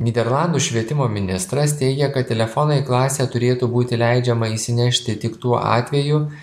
nyderlandų švietimo ministras teigia kad telefoną į klasę turėtų būti leidžiama įsinešti tik tuo atveju